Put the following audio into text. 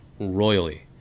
royally